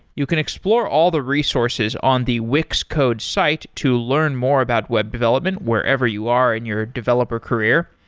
you can explore all the resources on the wix code's site to learn more about web development wherever you are in your developer career.